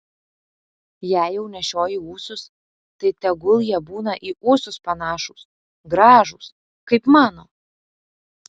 jei jau nešioji ūsus tai tegul jie būna į ūsus panašūs gražūs kaip mano